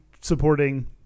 supporting